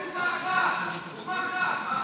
תן דוגמה אחת, דוגמה אחת.